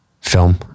film